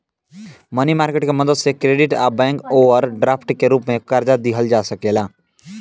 मनी market के मदद से क्रेडिट आ बैंक ओवरड्राफ्ट के रूप में कर्जा लिहल जा सकेला